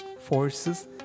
forces